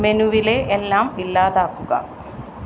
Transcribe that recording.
മെനുവിലെ എല്ലാം ഇല്ലാതാക്കുക